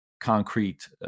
concrete